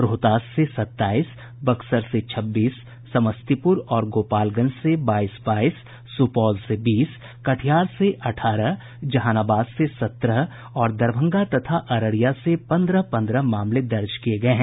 रोहतास से सत्ताईस बक्सर से छब्बीस समस्तीपुर और गोपालगंज से बाईस बाईस सुपौल से बीस कटिहार से अठारह जहानाबाद से सत्रह और दरभंगा तथा अररिया से पन्द्रह पन्द्रह मामले दर्ज किये गये हैं